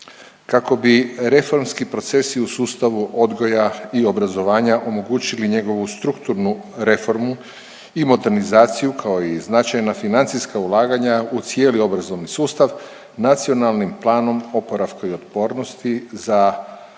Kako bi reformski procesi u sustavu odgoja i obrazovanja omogućili njegovu strukturnu reformu i modernizaciju, kao i značajna financijska ulaganja u cijeli obrazovni sustav, NPOO-om za 4. kvartal 2023.g.